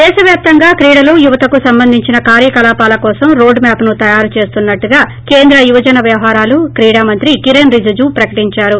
దేశవ్యాప్తంగా క్రీడలు యువతకు సంబంధించిన కార్యకలాపాల కోసం రోడ్ మ్వాప్ ను తాయారు చేస్తున్నట్లుగా కేంద్ర యువజన వ్యవహారాలు క్రీడా మంత్రి కిరెన్ రిజిజు ప్రకతించారు